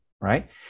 Right